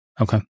Okay